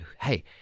hey